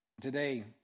today